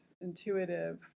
intuitive